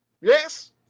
Yes